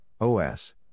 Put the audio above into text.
OS